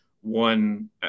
one